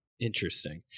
Interesting